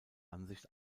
ansicht